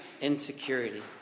insecurity